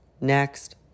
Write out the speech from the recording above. next